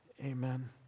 amen